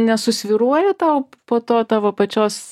nesusvyruoja tau po to tavo pačios